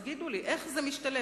תגידו לי, איך זה משתלב?